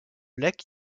lac